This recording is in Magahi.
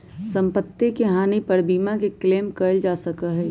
सम्पत्ति के हानि पर बीमा के क्लेम कइल जा सका हई